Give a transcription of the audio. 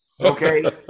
Okay